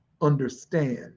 understand